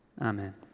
Amen